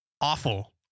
awful